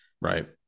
right